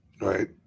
Right